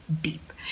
deep